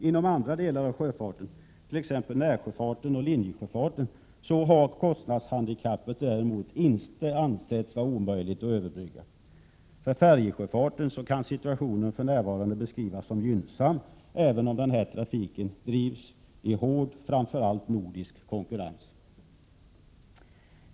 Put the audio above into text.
Inom andra delar av sjöfarten, t.ex. närsjöfarten och linjesjöfarten, har kostnadshandikappet däremot inte ansetts vara omöjligt att överbrygga. För färjesjöfarten kan situationen för närvarande beskrivas som gynnsam, även om denna trafik drivs i hård, framför allt nordisk, konkurrens.